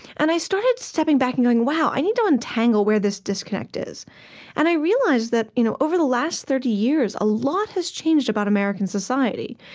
and i started stepping back and going, wow, i need to untangle where this disconnect is and i realized that you know over the last thirty years, a lot has changed about american society.